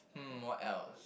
hmm what else